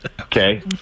Okay